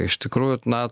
iš tikrųjų na